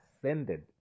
ascended